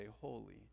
holy